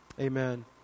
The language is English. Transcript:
Amen